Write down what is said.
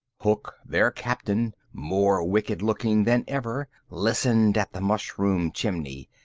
hook, their captain, more wicked-looking than ever, listened at the mushroom chimney.